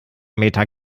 meter